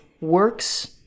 works